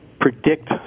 predict